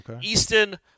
Easton